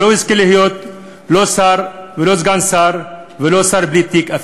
שלא יזכה להיות לא שר ולא סגן שר ואפילו לא שר בלי תיק.